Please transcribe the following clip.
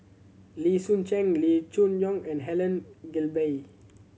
Lee Soon Cheng Lee Choon Yong and Helen Gilbey